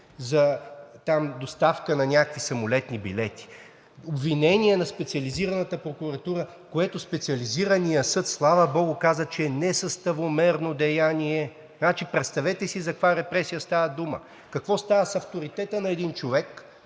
за доставка на някакви самолетни билети. Обвинение на Специализираната прокуратура, което Специализираният съд, слава богу, каза, че е несъставомерно деяние. Значи, представете си за каква репресия става дума! Какво става с авторитета на един човек